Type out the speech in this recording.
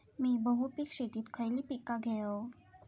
मी बहुपिक शेतीत खयली पीका घेव?